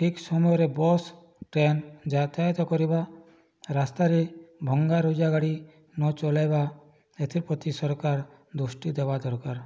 ଠିକ୍ ସମୟରେ bus train ଯାତାୟାତ କରିବା ରାସ୍ତାରେ ଭଙ୍ଗା ରୁଜା ଗାଡ଼ି ନଚଳାଇବା ଏଥିପ୍ରତି ସରକାର ଦୃଷ୍ଟି ଦେବା ଦରକାର